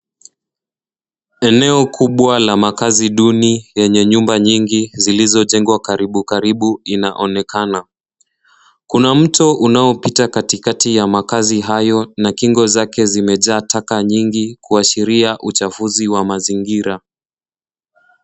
Eneo kubwa la makazi duni yenye nyumba nyingi zilizojengwa karibu karibu inaone. Kuna mto unaopita katikati ya makazi hayo na kingo zimejaa taka nyingi kuashiria uchafuzi wa mazingira.